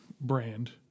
brand